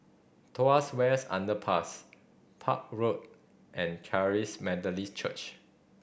Tuas West Underpass Park Road and Charis Methodist Church